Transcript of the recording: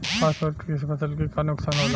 Phosphorus के से फसल के का नुकसान होला?